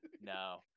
No